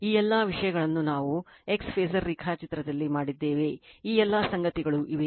ಈ ಎಲ್ಲಾ ವಿಷಯಗಳನ್ನು ನಾವು x ಫಾಸರ್ ರೇಖಾಚಿತ್ರದಲ್ಲಿ ಮಾಡಿದ್ದೇವೆ ಈ ಎಲ್ಲ ಸಂಗತಿಗಳು ಇವೆ